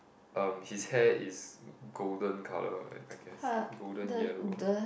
um his hair is golden colour I I guess golden yellow I think